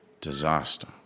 disaster